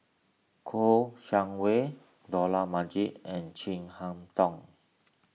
Kouo Shang Wei Dollah Majid and Chin Harn Tong